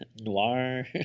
Noir